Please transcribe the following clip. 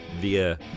via